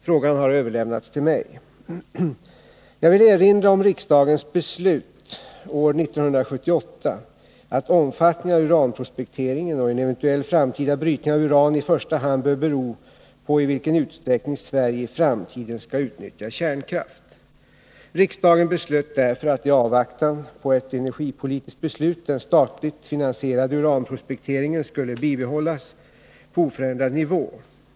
Frågan har överlämnats till mig. ringen och en eventuell framtida brytning av uran i första hand bör bero på i Nr 58 vilken utsträckning Sverige i framtiden skall utnyttja kärnkraft. Riksdagen beslöt därför att i avvaktan på ett energipolitiskt beslut den statligt finansierade uranprospekteringen skulle bibehållas på oförändrad nivå.